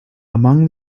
among